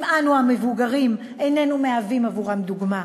אנו המבוגרים איננו מהווים עבורם דוגמה?